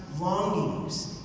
longings